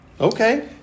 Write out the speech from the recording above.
Okay